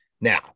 Now